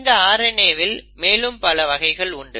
இந்த RNA வில் மேலும் பல வகைகள் உண்டு